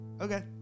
Okay